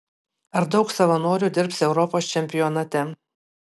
ar daug savanorių dirbs europos čempionate